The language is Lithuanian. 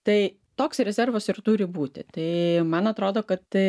tai toks rezervas ir turi būti tai man atrodo kad